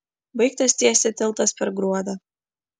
baigtas tiesti tiltas per gruodę